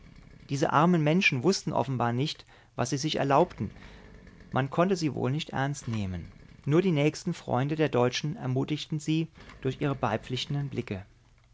diese armen menschen wußten offenbar nicht was sie sich erlaubten man konnte sie wohl nicht ernst nehmen nur die nächsten freunde der deutschen ermutigten sie durch ihre beipflichtenden blicke